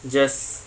just